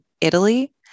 Italy